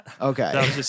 Okay